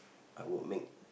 I would make